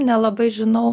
nelabai žinau